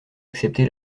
accepté